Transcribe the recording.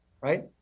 right